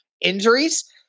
injuries